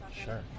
Sure